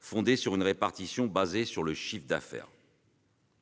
fondés sur une répartition basée sur le chiffre d'affaires.